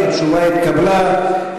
התשובה התקבלה.